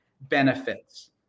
benefits